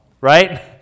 right